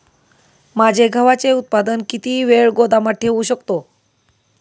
माझे गव्हाचे उत्पादन किती वेळ गोदामात ठेवू शकतो?